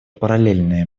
параллельное